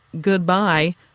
goodbye